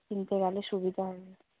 কিনতে গেলে সুবিধা হবে